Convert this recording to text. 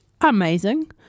amazing